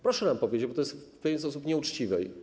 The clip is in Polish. Proszę nam powiedzieć, bo to jest w pewien sposób nieuczciwe.